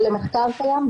או למחקר קיים,